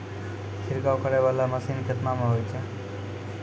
छिड़काव करै वाला मसीन केतना मे होय छै?